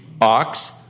ox